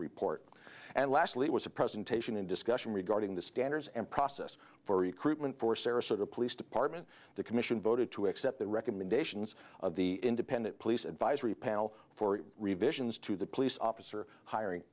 report and lastly it was a presentation in discussion regarding the standards and process for recruitment for sarasota police department the commission voted to accept the recommendations of the independent police advisory panel for revisions to the police officer hiring